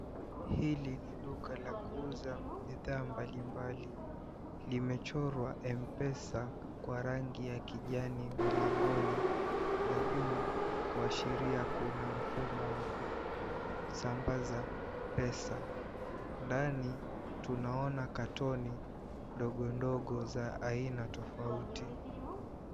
Hili ni duka la kuuza bidhaa mbalimbali. Limechorwa Mpesa kwa rangi ya kijani mlangoni na juu kuashiria kuna mfumo wa kusambaza pesa. Ndani tunaona katoni ndogo ndogo za aina tofauti.